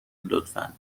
لطفا